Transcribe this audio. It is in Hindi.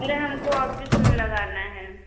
अरे हमको ऑफिस में लगाना है